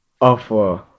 offer